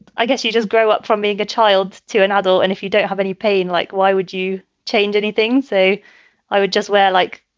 i guess you just grow up from being a child to an adult. and if you don't have any pain, like, why would you change anything? so i would just wear like